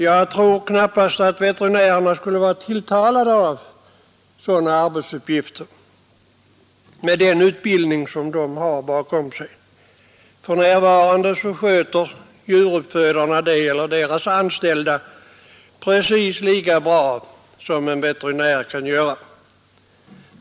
Jag tror knappast att veterinärerna, med den utbildning de har bakom sig, skulle vara tilltalade av sådana uppgifter. För närvarande sköter djuruppfödarna eller deras anställda detta precis lika bra som en veterinär.